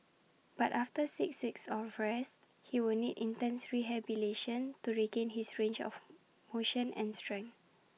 but after six weeks of rest he will need intense rehabilitation to regain his range of motion and strength